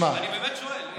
אני באמת שואל.